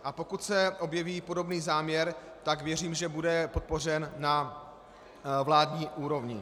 A pokud se objeví podobný záměr, tak věřím, že bude podpořen na vládní úrovni.